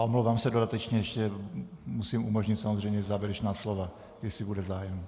Omlouvám se dodatečně, musím umožnit samozřejmě závěrečná slova, jestli bude zájem.